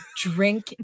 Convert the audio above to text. drink